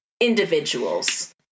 individuals